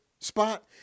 spot